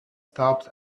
stopped